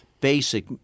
basic